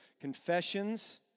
confessions